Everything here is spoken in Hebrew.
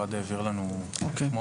שהמשרד העביר לנו אתמול.